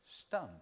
stunned